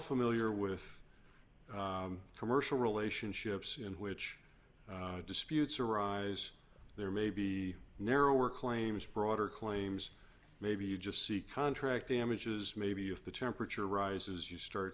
familiar with commercial relationships in which disputes arise there may be narrower claims broader claims maybe you just see contract damages maybe if the temperature rises you start